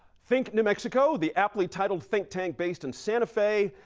think new mexico, the aptly titled think tank based in santa fe,